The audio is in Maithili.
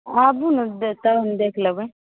आबू ने तब हम देखि लेबै